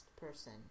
person